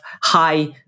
high